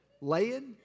laying